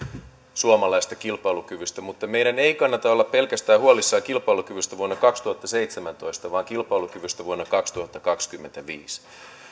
suomalaisesta kilpailukyvystä mutta meidän ei kannata olla huolissaan pelkästään kilpailukyvystä vuonna kaksituhattaseitsemäntoista vaan kilpailukyvystä vuonna kaksituhattakaksikymmentäviisi